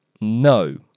no